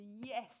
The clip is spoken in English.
yes